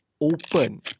open